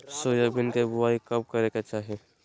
Soybean के बुआई कब करे के चाहि?